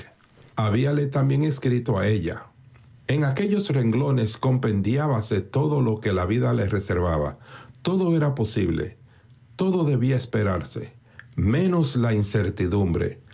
habíale también escrito a ella en aquellos renglones compendiábase todo lo que la vida le reservaba todo era posible todo debía esperarse menos la incertidumbre